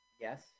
Yes